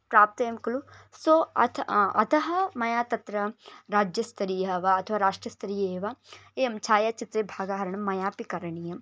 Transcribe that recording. प्राप्तव्यं खलु सो अतः अतः मया तत्र राज्यस्तरीयः वा अथवा राष्ट्रस्तरीये वा इयं छायाचित्रे भागहरणं मयापि करणीयं